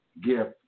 gift